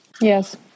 Yes